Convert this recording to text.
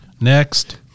Next